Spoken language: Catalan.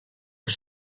que